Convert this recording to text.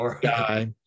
guy